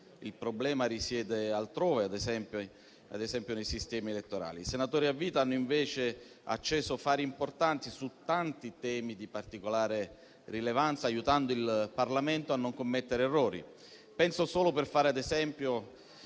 il problema risiede altrove, ad esempio, nei sistemi elettorali. I senatori a vita hanno, invece, acceso fari importanti su tanti temi di particolare rilevanza, aiutando il Parlamento a non commettere errori. Penso, solo per fare un esempio,